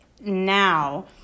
now